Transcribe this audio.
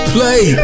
Play